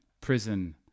prison